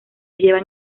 llevan